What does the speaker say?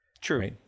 True